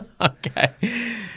Okay